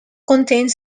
contains